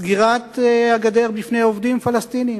סגירת הגדר בפני עובדים פלסטינים.